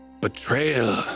Betrayal